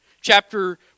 chapter